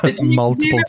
Multiple